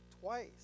twice